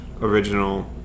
original